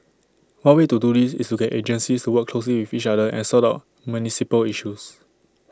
one way to do this is to get agencies to work closely with each other and sort out municipal issues